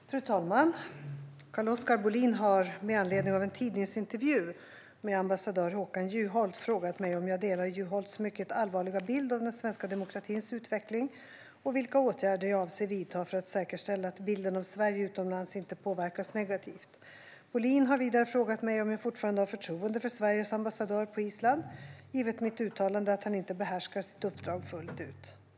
Svar på interpellationer Fru talman! Carl-Oskar Bohlin har, med anledning av en tidningsintervju med ambassadör Håkan Juholt, frågat mig om jag delar Juholts mycket allvarliga bild av den svenska demokratins utveckling och vilka åtgärder jag avser att vidta för att säkerställa att bilden av Sverige utomlands inte påverkas negativt. Bohlin har vidare frågat mig om jag fortfarande har förtroende för Sveriges ambassadör på Island, givet mitt uttalande att han inte behärskar sitt uppdrag fullt ut.